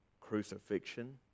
crucifixion